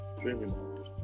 dreaming